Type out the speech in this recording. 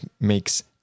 makes